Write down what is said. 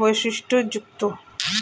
বৈশিষ্ট্যযুক্ত